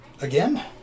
again